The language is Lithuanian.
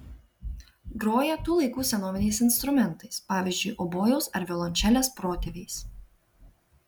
groja tų laikų senoviniais instrumentais pavyzdžiui obojaus ar violončelės protėviais